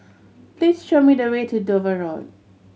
please show me the way to Dover Road